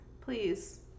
Please